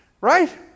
right